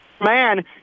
man